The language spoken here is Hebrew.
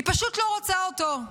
היא פשוט לא רוצה אותו.